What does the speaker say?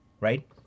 right